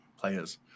Players